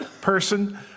person